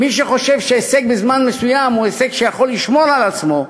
מי שחושב שהישג בזמן מסוים הוא הישג שיכול לשמור על עצמו,